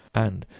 and,